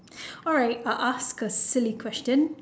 alright I'll ask a silly question